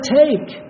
take